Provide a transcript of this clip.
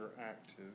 active